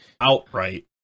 outright